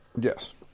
Yes